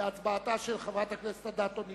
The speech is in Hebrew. תשעה חברי כנסת לא היו.